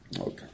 Okay